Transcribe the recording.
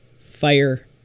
fire